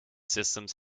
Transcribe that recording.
systems